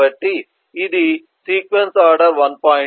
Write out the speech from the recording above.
కాబట్టి ఇది sequence order 1